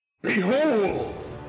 Behold